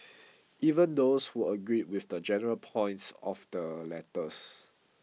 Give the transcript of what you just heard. even those who agreed with the general points of the letters